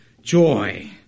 joy